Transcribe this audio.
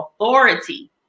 authority